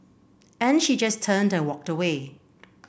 and she just turned and walked away